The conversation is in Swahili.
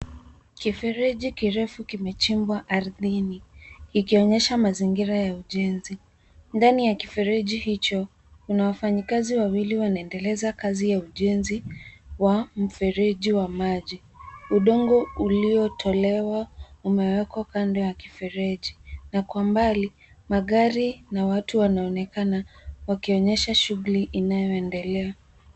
Kifereji kirefu kimechimbwa ardhini, kikionyesha mazingira ya ujenzi. Ndani ya kifereji hicho, kuna wafanyikazi wawili wanaoendeleza kazi ya ujenzi wa mfereji wa maji. Udongo uliotolewa umewekwa kando ya kifereji. Na kwa mbali, magari na watu wanaonekana, wakionyesha shughuli inayoendelea.